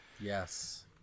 yes